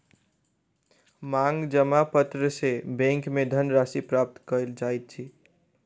मांग जमा पत्र सॅ बैंक में धन राशि प्राप्त कयल जाइत अछि